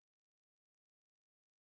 you'll teach them psychology ah